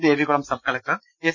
Devikulam sub collector S